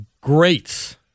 greats